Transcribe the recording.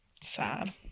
Sad